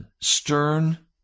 stern